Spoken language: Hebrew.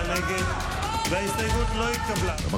כ"ו